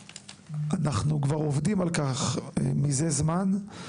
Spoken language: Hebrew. אנחנו כבר עובדים על כך זה זמן.